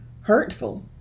hurtful